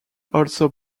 also